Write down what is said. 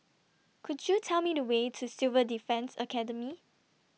Could YOU Tell Me The Way to Civil Defence Academy